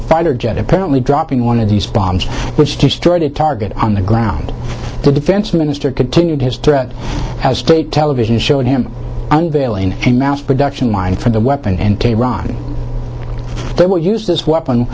a fighter jet apparently dropping one of these bombs which destroyed a target on the ground the defense minister continued as state television showed him unveiling a mass production line for the weapon and tehran they will use this weapon